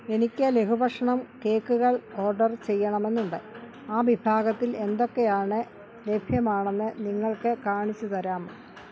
എനിക്ക് ലഘുഭഷ്ണം കേക്കുകൾ ഓർഡർ ചെയ്യണമെന്നുണ്ട് ആ വിഭാഗത്തിൽ എന്തൊക്കെയാണ് ലഭ്യമാണെന്ന് നിങ്ങൾക്ക് കാണിച്ച് തരാമോ